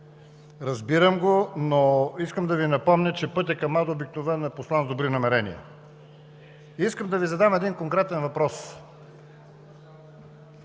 Разбирам го, но искам да Ви напомня, че пътят към ада обикновено е постлан с добри намерения. Искам да Ви задам един конкретен въпрос,